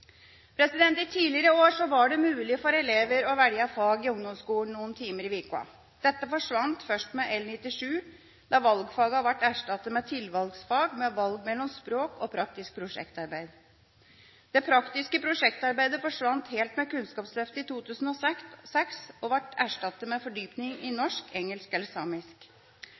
I tidligere år var det mulig for elever å velge fag i ungdomsskolen noen timer i uka. Dette forsvant først med L97 da valgfagene ble erstattet med tilvalgsfag med valg mellom språk og praktisk prosjektarbeid. Det praktiske prosjektarbeidet forsvant helt med Kunnskapsløftet i 2006 og ble erstattet med fordypning i norsk, engelsk eller samisk.